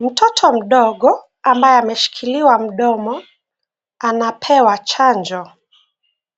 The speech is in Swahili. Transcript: Mtoto mdogo ambaye ameshikiliwa mdomo, anapewa chanjo.